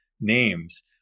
names